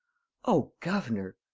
oh, governor!